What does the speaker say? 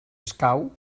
escau